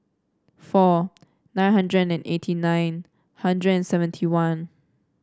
four nine hundred and eighty nine hundred and seventy one